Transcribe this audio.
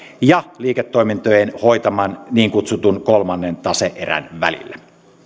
ja liiketoimintojen hoitaman niin kutsutun kolmannen tase erän välillä